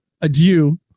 Adieu